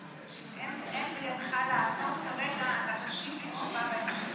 שמקובל שאם אין בידך לענות לי כרגע אתה תשיב לי תשובה בהמשך.